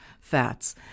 fats